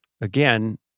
again